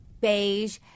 beige